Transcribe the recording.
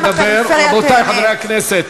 מי שרוצה לדבר, רבותי חברי הכנסת,